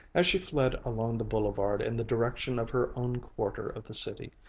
as she fled along the boulevard in the direction of her own quarter of the city,